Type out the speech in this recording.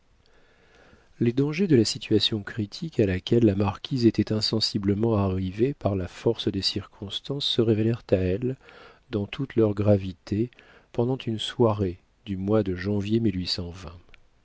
les dangers de la situation critique à laquelle la marquise était insensiblement arrivée par la force des circonstances se révélèrent à elle dans toute leur gravité pendant une soirée du mois de janvier